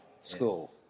school